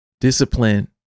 discipline